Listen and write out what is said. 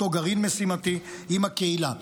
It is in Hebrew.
אותו גרעין משימתי עם הקהילה.